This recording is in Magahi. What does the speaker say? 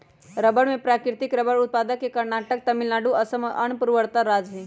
भारत में प्राकृतिक रबर उत्पादक के कर्नाटक, तमिलनाडु, असम और अन्य पूर्वोत्तर राज्य हई